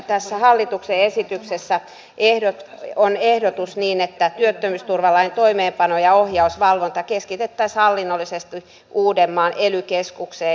tässä hallituksen esityksessä on ehdotus että työttömyysturvalain toimeenpano ja ohjaus valvonta keskitettäisiin hallinnollisesti uudenmaan ely keskukseen